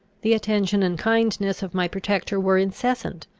the attention and kindness of my protector were incessant,